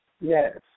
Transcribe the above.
Yes